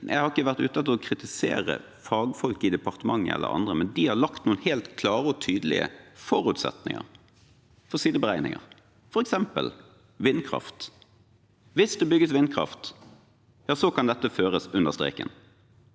Jeg har ikke vært ute etter å kritisere fagfolk i departementet eller andre steder, men de har lagt noen helt klare og tydelige forutsetninger for sine beregninger, f.eks. vindkraft. Hvis det bygges vindkraft, kan dette føres under streken,